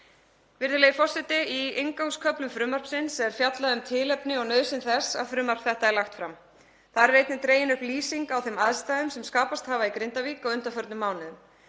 henni áfram. Í inngangsköflum frumvarpsins er fjallað um tilefni og nauðsyn þess að frumvarp þetta er lagt fram. Þar er einnig dregin upp lýsing á þeim aðstæðum sem skapast hafa í Grindavík á undanförnum mánuðum.